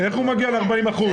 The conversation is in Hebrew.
איך הוא מגיע ל-40%?